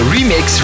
Remix